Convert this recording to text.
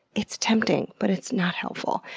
it's tempting, but it's not helpful.